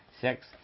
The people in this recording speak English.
six